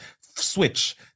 switch